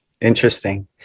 Interesting